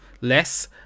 less